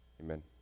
amen